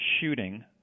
shooting